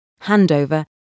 handover